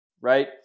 right